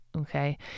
Okay